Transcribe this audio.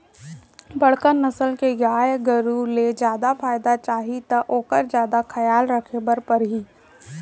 बड़का नसल के गाय गरू ले जादा फायदा चाही त ओकर जादा खयाल राखे बर परही